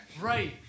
Right